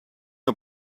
our